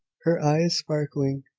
her eyes sparkling.